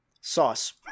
sauce